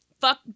fuck